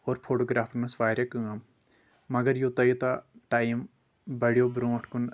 اور فوٹوگرافرن ٲس واریاہ کٲم مگر یوٗتاہ یوٗتاہ ٹایِم بڑیو برٛونٛٹھ کُن